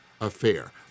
affair